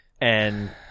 And-